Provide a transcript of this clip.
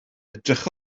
edrych